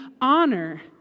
honor